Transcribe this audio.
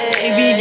Baby